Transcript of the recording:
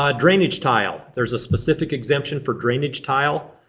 ah drainage tile. there's a specific exemption for drainage tile.